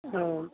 ம்